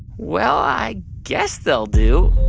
well, i guess they'll do.